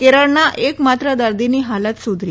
કેરળના એકમાત્ર દરદીની હાલત સુધરી